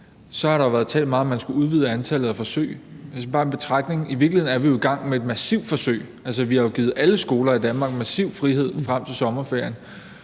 så har der jo været talt meget om, at man skulle udvide antallet af forsøg. Altså, det er bare en betragtning: I virkeligheden er vi jo i gang med et massivt forsøg. Vi har jo givet alle skoler i Danmark en massiv frihed frem til sommerferien,